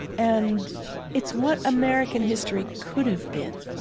and it's what american history could have been.